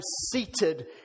seated